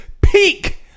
peak